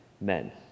Men